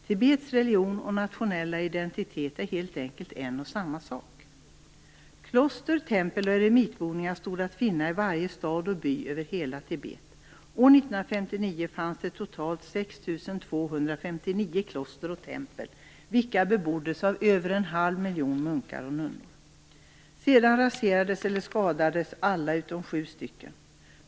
Tibets religion och nationella identitet är helt enkelt en och samma sak. Kloster, tempel och eremitboningar stod att finna i varje stad och by över hela Tibet. År 1959 fanns det totalt 6 259 kloster och tempel vilka beboddes av över en halv miljon munkar och nunnor. Sedan raserades eller skadades alla utom sju stycken.